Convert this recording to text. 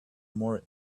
more